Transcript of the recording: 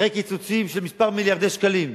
אחרי קיצוצים של כמה מיליארדי שקלים,